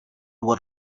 what